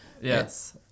yes